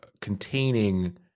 containing